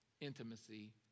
intimacy